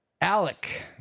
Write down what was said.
Alec